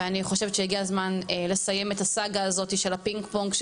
ואני חושבת שהגיע הזמן לסיים את הסאגה הזאת של הפינג-פונג,